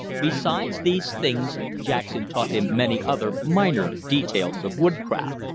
besides these things jackson taught him many other, minor, details of woodcraft.